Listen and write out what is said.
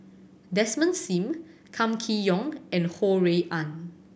Desmond Sim Kam Kee Yong and Ho Rui An